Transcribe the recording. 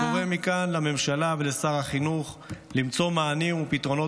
אני קורא מכאן לממשלה ולשר החינוך למצוא מענים ופתרונות